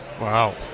Wow